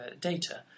data